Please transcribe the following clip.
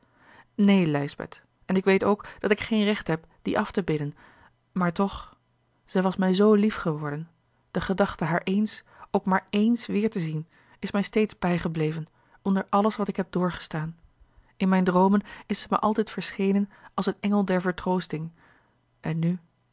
neen lijsbeth en ik weet ook dat ik geen recht heb dien af te bidden maar toch zij was mij zoo lief geworden de gedachte haar eens ook maar ééns weêr te zien a l g bosboom-toussaint de delftsche wonderdokter eel is mij steeds bijgebleven onder alles wat ik heb doorgestaan in mijne droomen is zij mjj altijd verschenen als een engel der vertroosting en nu